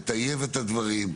לטייב את הדברים,